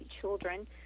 children